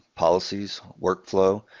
policies, workflow.